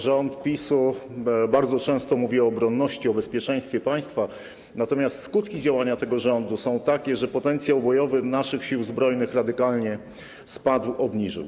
Rząd PiS-u bardzo często mówi o obronności, o bezpieczeństwie państwa, natomiast skutki działania tego rządu są takie, że potencjał bojowy naszych Sił Zbrojnych radykalnie się obniżył.